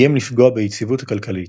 איים לפגוע ביציבות הכלכלית,